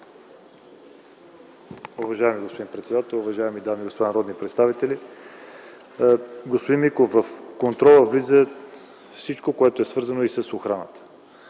Уважаеми господин председател, уважаеми дами и господа народни представители! Господин Миков, в контрола влиза всичко, което е свързано и с охраната.